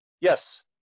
Yes